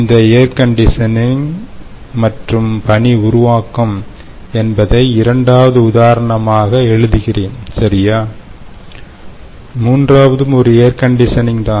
இந்த air conditioning மற்றும் பனி உருவாக்கம் என்பதை இரண்டாவது உதாரணமாக எழுதுகிறேன் சரியா மூன்றாவதும் ஒரு ஏர் கண்டிஷனிங் தான்